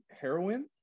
heroin